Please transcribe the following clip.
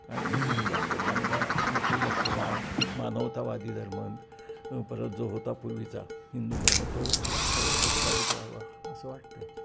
आणि जास्त चांगला मोकळीक असलेला मानवतावादी धर्म परत जो होता पूर्वीचा हिंदू धर्म तो परत प्रस्थापित व्हावा असं वाटत आहे